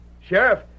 Sheriff